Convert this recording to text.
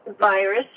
virus